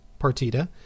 partita